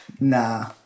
Nah